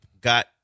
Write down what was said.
got